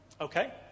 Okay